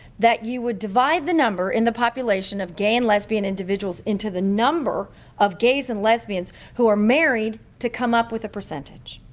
that you would divide the number in the population of gay and lesbian individuals into the number of gays and lesbians who are married to come up with a percentage?